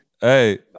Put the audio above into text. Hey